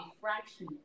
fraction